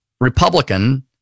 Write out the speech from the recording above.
republican